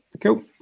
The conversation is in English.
Cool